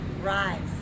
rise